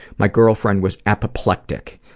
my girlfriend was apoplectic,